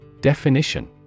definition